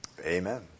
amen